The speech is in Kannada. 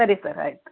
ಸರಿ ಸರ್ ಆಯಿತು